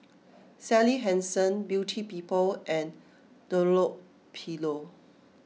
Sally Hansen Beauty People and Dunlopillo